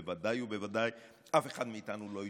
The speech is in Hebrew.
בוודאי ובוודאי אף אחד מאיתנו לא יתנגד.